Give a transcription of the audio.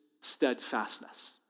steadfastness